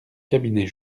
cabinet